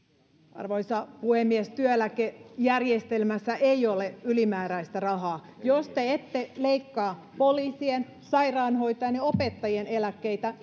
arvoisa puhemies työeläkejärjestelmässä ei ole ylimääräistä rahaa jos te ette leikkaa poliisien sairaanhoitajien ja opettajien eläkkeitä